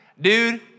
Dude